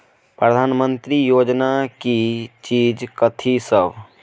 प्रधानमंत्री योजना की चीज कथि सब?